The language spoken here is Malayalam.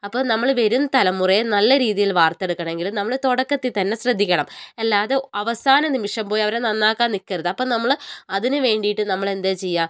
അപ്പോൾ നമ്മൾ വരും തലമുറയെ നല്ല രീതിയിൽ വാർത്തെടുക്കുകയാണെങ്കിൽ നമ്മൾ തുടക്കത്തിൽ തന്നെ ശ്രദ്ധിക്കണം അല്ലാതെ അവസാന നിമിഷം പോയി അവരെ നന്നാക്കാൻ നിൽക്കരുത് അപ്പോൾ നമ്മൾ അതിനുവേണ്ടിയിട്ട് നമ്മൾ എന്ത് ചെയ്യാ